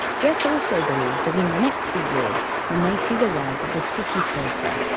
jess also believes that in the next few years we may see the rise of the city surfer.